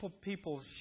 people